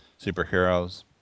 superheroes